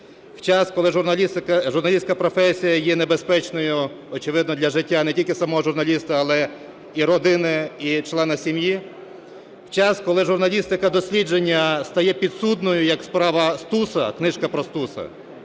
в час, коли журналістська професія є небезпечною, очевидно, для життя не тільки самого журналіста, але і родини, і члена сім'ї; в час, коли журналістика дослідження стає підсудною, як справа Стуса, книжка про Стуса,